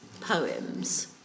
poems